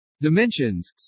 Dimensions